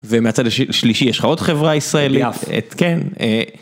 ומהצד השלישי יש לך עוד חברה ישראלית, כן.